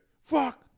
Fuck